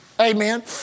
Amen